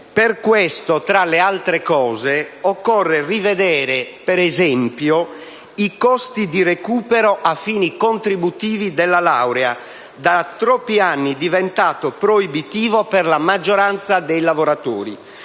Per questo motivo, tra l'altro, occorre rivedere per esempio i costi di recupero a fini contributivi della laurea, da troppi anni diventati proibitivi per la maggioranza dei lavoratori.